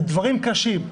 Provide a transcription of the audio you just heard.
לדברים קשים.